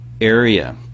area